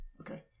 Okay